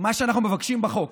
שמה שאנחנו מבקשים בחוק